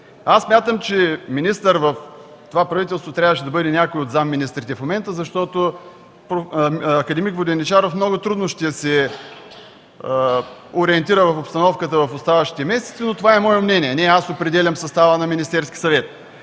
Смятам, че министър в това правителство трябваше да бъде някой от заместник-министрите, защото акад. Воденичаров много трудно ще се ориентира в обстановката в оставащите месеци, но това е мое мнение, не аз определям състава на Министерския съвет.